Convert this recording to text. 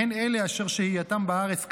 הן אלה אשר שהייתם בארץ כדין,